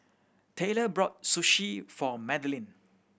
Tayler brought Sushi for Madilyn